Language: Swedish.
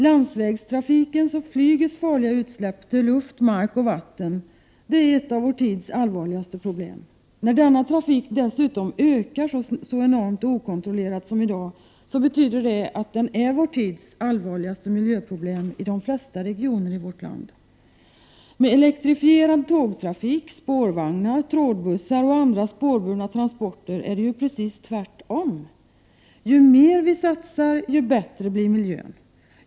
Landsvägstrafikens och flygets farliga utsläpp till luft, mark och vatten är ett av vår tids allvarligaste problem. När denna trafik dessutom ökar så enormt och okontrollerat som den gör i dag betyder det att den är vår tids allvarligaste miljöproblem i de flesta regioner i vårt land. Med elektrifierad tågtrafik, spårvagnar, trådbussar och andra spårbunda transporter är det precis tvärtom! Ju mer vi satsar, desto bättre blir miljön.